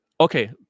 Okay